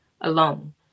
alone